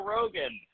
Rogan